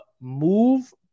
move